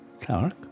Clark